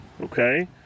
Okay